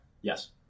Yes